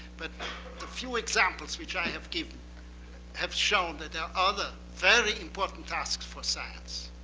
but the few examples which i have given have shown that there are other very important tasks for science.